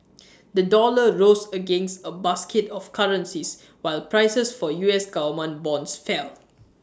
the dollar rose against A basket of currencies while prices for U S Government bonds fell